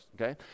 Okay